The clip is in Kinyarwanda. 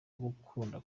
gukunda